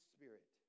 Spirit